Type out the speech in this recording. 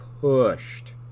Pushed